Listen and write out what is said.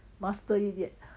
master yet